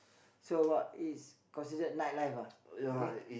so got is considered nightlife ah okay